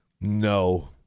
No